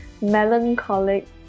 melancholic